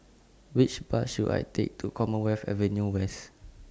Which Bus should I Take to Commonwealth Avenue West